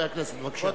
חבר הכנסת, בבקשה.